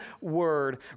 word